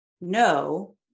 no